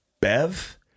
Bev